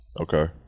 Okay